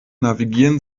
navigieren